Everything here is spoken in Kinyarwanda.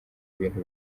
ibintu